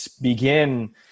begin